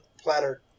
platter